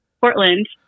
Portland